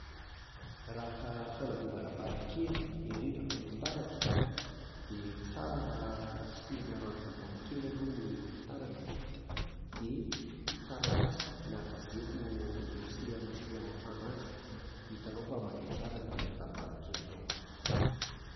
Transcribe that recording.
Raha hanadio varavarankely, indrindra fa ny fitaratra, dia tsara raha tsifirina ranon-tsavony kely aloha ny fitaratra. Dia taratasy na gazety no ikosehana sy hafamana azy. Ho hitanao fa madio tsara ny varavarankelinao.